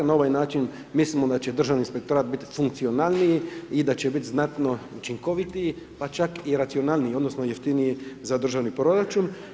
Na ovaj način, mislim da će državni inspektorat biti funkcionalniji i da će biti znatno učinkovitiji, pa čak i racionalniji, odnosno, jeftiniji za državni proračun.